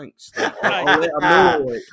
thanks